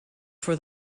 for